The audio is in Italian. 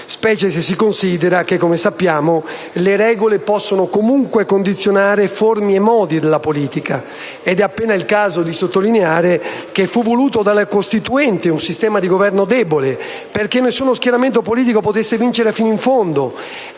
specie se si considera che, come sappiamo, le regole possono comunque condizionare forme e modi della politica. È appena il caso di sottolineare che un sistema di Governo debole fu voluto dalla Costituente, perché nessuno schieramento politico potesse vincere fino in fondo